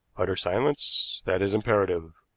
utter silence that is imperative.